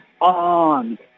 on